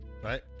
Right